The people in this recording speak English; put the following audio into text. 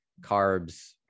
carbs